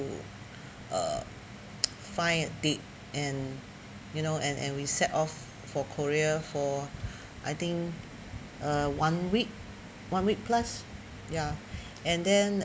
to uh find it deep and you know and and we set off for korea for I think uh one week one week plus ya and then